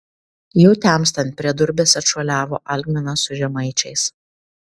jau temstant prie durbės atšuoliavo algminas su žemaičiais